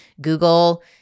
Google